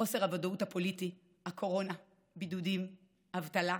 חוסר הוודאות הפוליטי, הקורונה, בידודים, אבטלה,